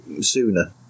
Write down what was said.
sooner